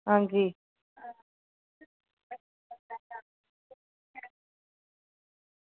अंजी